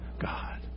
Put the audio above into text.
God